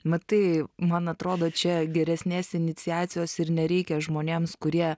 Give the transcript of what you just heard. matai man atrodo čia geresnės iniciacijos ir nereikia žmonėms kurie